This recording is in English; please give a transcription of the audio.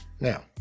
Now